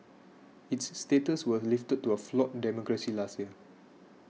its status was lifted to a flawed democracy last year